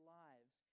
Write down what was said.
lives